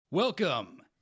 Welcome